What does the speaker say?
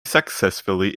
successfully